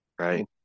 Right